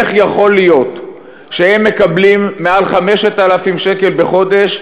איך יכול להיות שהם מקבלים מעל 5,000 שקל בחודש,